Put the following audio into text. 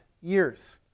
years